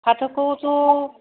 फाथोखौथ'